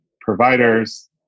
providers